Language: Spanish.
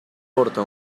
porta